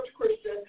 Christian